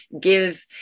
give